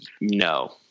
no